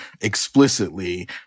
explicitly